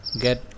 get